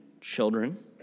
children